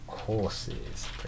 horses